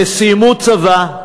שסיימו צבא,